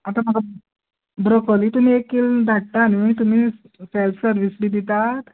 आतां म्हाका ब्रोकोली म्हाका एक कील धाडटा न्हय तुमी सेल्फ सरवीस बी दितात